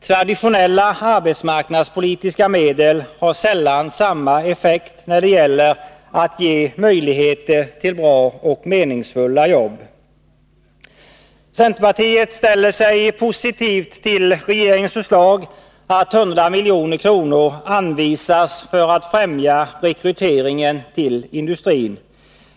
Traditionella arbetsmarknadspolitiska medel har sällan samma effekt när det gäller att ge möjligheter till bra och meningsfulla jobb. Centerpartiet ställer sig positivt till regeringens förslag, att 100 milj.kr. anvisas för att främja rekryteringen till industrin.